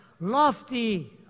lofty